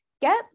get